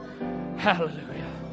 Hallelujah